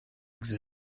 exit